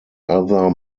other